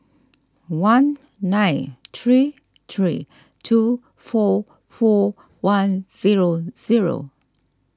one nine three three two four four one zero zero